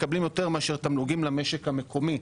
מקבלים יותר מאשר תמלוגים למשק המקומי.